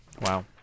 Wow